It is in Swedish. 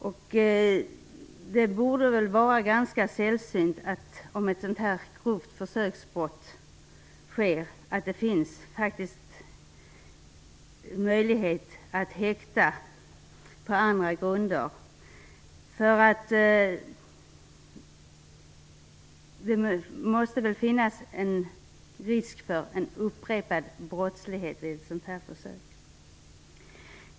Men det borde vara ganska sällsynt, om ett grovt försöksbrott sker, att det finns möjlighet att häkta på andra grunder. Det måste väl finnas en risk för upprepad brottslighet vid ett sådant här försök.